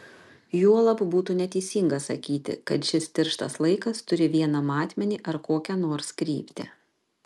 juolab būtų neteisinga sakyti kad šis tirštas laikas turi vieną matmenį ar kokią nors kryptį